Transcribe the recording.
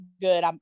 good